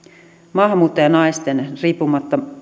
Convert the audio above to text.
maahanmuuttajanaisten riippumatta